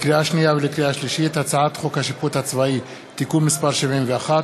לקריאה שנייה ולקריאה שלישית: הצעת חוק השיפוט הצבאי (תיקון מס' 71),